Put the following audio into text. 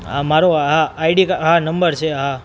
આ મારું હા આઈડી હા નંબર છે હા